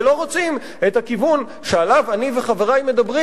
ולא רוצים את הכיוון שעליו אני וחברי מדברים,